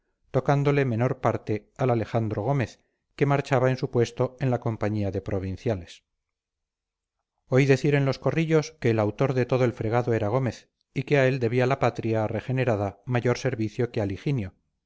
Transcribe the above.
tocándole menor parte al alejandro gómez que marchaba en su puesto en la compañía de provinciales oí decir en los corrillos que el autor de todo el fregado era gómez y que a él debía la patria regenerada mayor servicio que al higinio